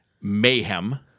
Mayhem